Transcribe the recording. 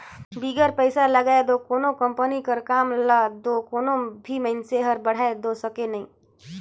बिगर पइसा लगाए दो कोनो कंपनी कर काम ल दो कोनो भी मइनसे हर बढ़ाए दो सके नई